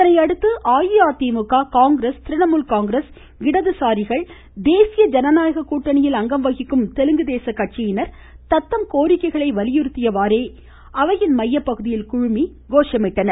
இதனையடுத்து அஇஅதிமுக காங்கிரஸ் திரிணமுல் காங்கிரஸ் இடதுசாரிகள் தேசிய ஜனநாயக கூட்டணியில் அங்கம் வகிக்கும் தெலுங்கு தேச கட்சியினர் தத்தம் கோரிக்கைகளை வலியுறுத்தியவாறே அவையின் மைய பகுதியில் குழுமி கோஷமிட்டனர்